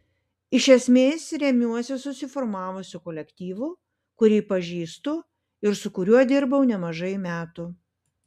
iš esmės remiuosi susiformavusiu kolektyvu kurį pažįstu ir su kuriuo dirbau nemažai metų